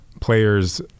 players